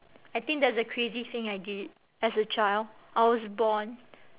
I think that's the crazy thing I did as a child I was born